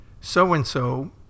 so-and-so